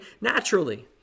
naturally